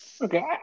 Okay